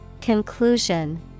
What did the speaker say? Conclusion